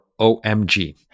OMG